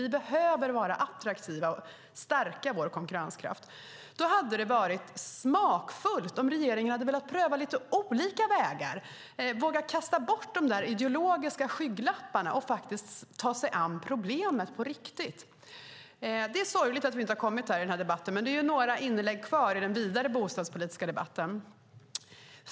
Vi behöver vara attraktiva och stärka vår konkurrenskraft. Då hade varit smakfullt om regeringen hade velat pröva lite olika vägar, vågat kasta bort de ideologiska skygglapparna och ta sig an problemet på riktigt. Det är sorgligt att vi inte har kommit längre i debatten, men det är ju några inlägg kvar i den vidare bostadspolitiska debatten.